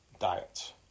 diets